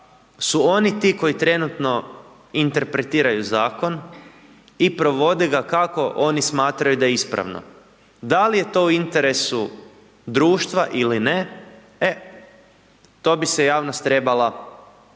su oni ti koji trenutno interpretiraju zakon i provode ga kao oni smatraju da je ispravno. Da li je to u interesu društva ili ne, e to bi se javnost trebala pitati,